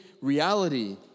reality